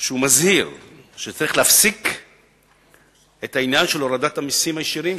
שהוא מזהיר שצריך להפסיק את העניין של הורדת המסים הישירים,